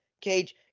Cage